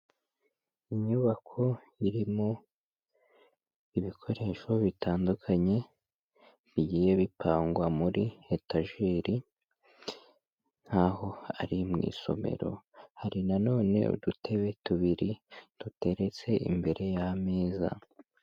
Inyubako irimo ibikoresho bitandukanye bigiye bipangwa muri etajeri nkaho ari mu isomero, hari nanone udutebe tubiri duteretse imbere y'ameza.